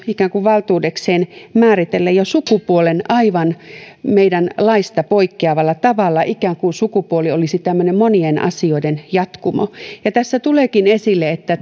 ikään kuin valtuudekseen määritellä jo sukupuolen aivan meidän laista poikkeavalla tavalla ikään kuin sukupuoli olisi tämmöinen monien asioiden jatkumo ja tässä tuleekin esille että